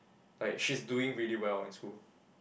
like she's doing really well in school